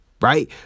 Right